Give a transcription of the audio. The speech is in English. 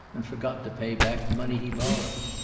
and forgot to pay back the money he borrowed.